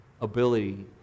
ability